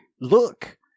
Look